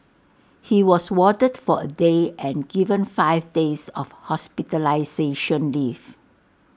he was warded for A day and given five days of hospitalisation leave